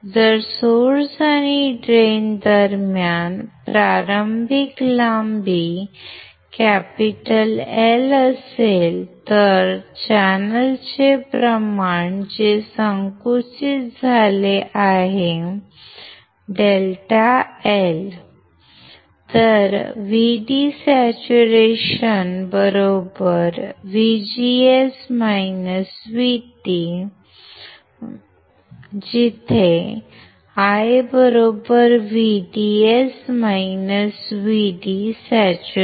जर स्त्रोत आणि ड्रेन दरम्यान प्रारंभिक लांबी L असेल तर चॅनेलचे प्रमाण जे संकुचित झाले आहे ∆L VD saturation VGS VT where I VDS VD saturation